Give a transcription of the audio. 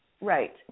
Right